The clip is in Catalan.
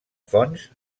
fonts